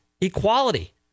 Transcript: equality